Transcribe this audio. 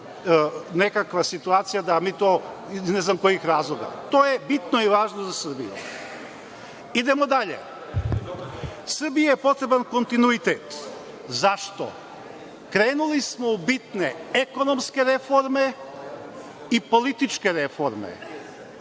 nekakva situacija da mi to iz ne znam kojih razloga. To je bitno i važno za Srbiju. Idemo dalje, Srbiji je potreban kontinuitet. Zašto? Krenuli smo u bitne ekonomske reforme i političke reforme.